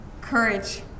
Courage